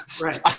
Right